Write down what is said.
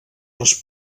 les